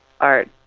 art